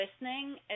listening